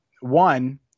One